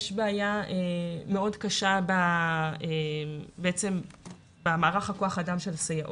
יש בעיה מאוד קשה במערך כוח האדם של הסייעות.